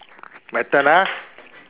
my turn ah